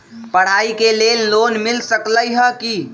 पढाई के लेल लोन मिल सकलई ह की?